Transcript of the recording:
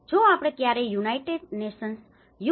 જોઆપણેક્યારેયયુનાઇટેડનેશન્સ you